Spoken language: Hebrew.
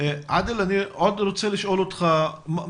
זה תהליך שלוקח כמה